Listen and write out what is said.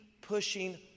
pushing